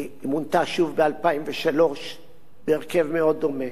היא מונתה שוב ב-2003 בהרכב מאוד דומה,